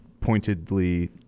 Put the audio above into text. pointedly